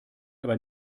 aber